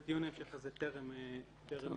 והדין ההמשך הזה טרם התקיים.